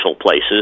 places